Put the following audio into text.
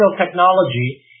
technology